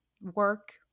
work